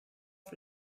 auf